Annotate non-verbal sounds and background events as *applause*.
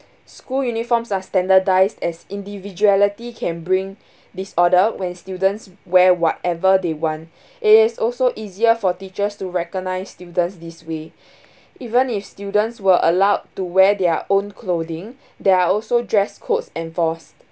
school uniforms are standardised as individuality can bring *breath* disorder when students wear whatever they want it is also easier for teachers to recognise students this way *breath* even if students were allowed to wear their own clothing there are also dress codes enforced